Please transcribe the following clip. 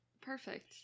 perfect